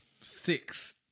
Six